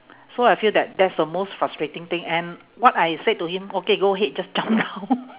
so I feel that that's the most frustrating thing and what I said to him okay go ahead just jump down